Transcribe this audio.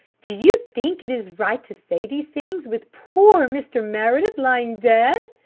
do you think it is right to say these things, with poor mr. meredith lying dead?